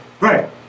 Right